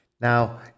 Now